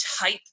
type